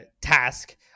task